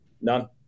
None